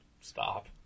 stop